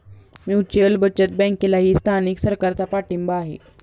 mutual बचत बँकेलाही स्थानिक सरकारचा पाठिंबा आहे